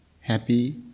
happy